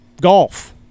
golf